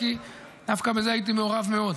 כי דווקא בזה הייתי מעורב מאוד.